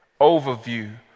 overview